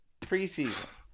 Preseason